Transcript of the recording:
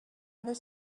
other